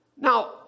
Now